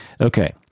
Okay